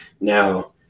Now